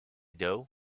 dough